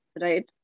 right